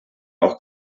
auch